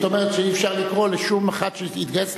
זאת אומרת שאי-אפשר לקרוא על שם אף אחד שהתגייס